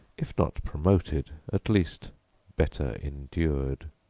if not promoted, at least better endured.